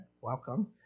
Welcome